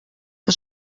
que